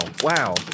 wow